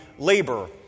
Labor